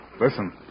Listen